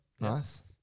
nice